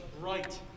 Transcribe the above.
bright